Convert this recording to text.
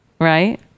right